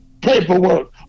paperwork